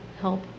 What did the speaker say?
help